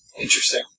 Interesting